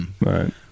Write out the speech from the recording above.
right